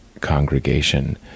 congregation